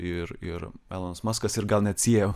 ir ir elonas muskas ir gal net siejo